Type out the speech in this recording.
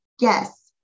Yes